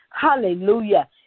Hallelujah